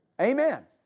Amen